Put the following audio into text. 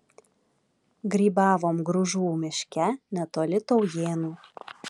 grybavom gružų miške netoli taujėnų